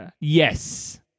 Yes